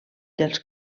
dels